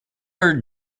are